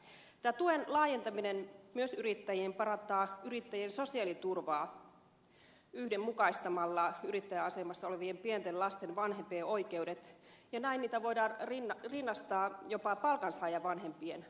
tämä tuen laajentaminen myös yrittäjiin parantaa yrittäjien sosiaaliturvaa yhdenmukaistamalla yrittäjäasemassa olevien pienten lasten vanhempien oikeudet jotka näin voidaan rinnastaa jopa palkansaajavanhempien oikeuksiin